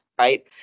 Right